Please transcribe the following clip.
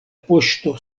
poŝto